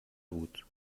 بود